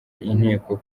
inteko